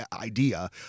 idea